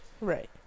right